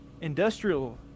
industrial